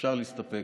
אפשר להסתפק.